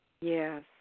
Yes